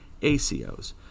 ACOs